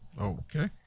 Okay